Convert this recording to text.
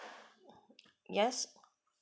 yes